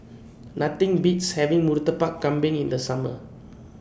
Nothing Beats having Murtabak Kambing in The Summer